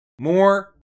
More